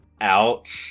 out